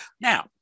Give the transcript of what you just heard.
Now